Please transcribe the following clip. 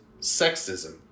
sexism